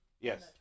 Yes